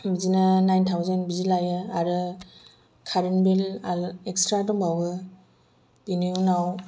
बिदिनो nine thousand बिदि लायो आरो कारेन्ट बिल एक्सट्रा दंबावो बेनि उनाव